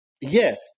yes